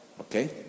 Okay